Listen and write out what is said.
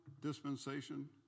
dispensation